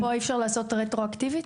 פה אי-אפשר לעשות רטרו-אקטיבית?